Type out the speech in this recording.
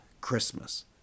Christmas